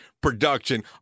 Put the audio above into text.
production